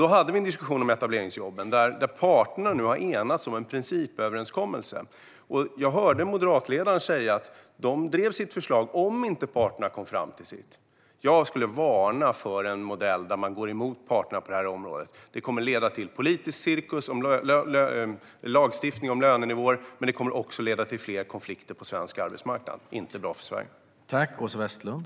Vi hade en diskussion om etableringsjobben där parterna nu har enats om en principöverenskommelse. Jag hörde moderatledaren säga att de skulle driva sitt förslag om inte parterna kom fram till sitt. Jag skulle varna för en modell där man går emot parterna på detta område. En sådan modell skulle leda till politisk cirkus rörande lagstiftning om lönenivåer samt till fler konflikter på svensk arbetsmarknad. Det vore inte bra för Sverige.